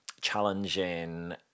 challenging